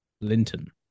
Linton